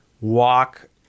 walk